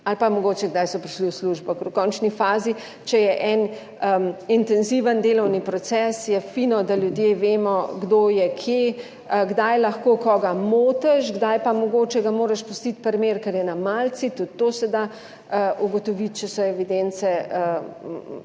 ali pa mogoče kdaj so prišli v službo. Ker v končni fazi, če je en intenziven delovni proces, je fino, da ljudje vemo, kdo je kje, kdaj lahko koga motiš, kdaj pa mogoče ga moraš pustiti pri miru, ker je na malici. Tudi to se da ugotoviti, če so evidence prave.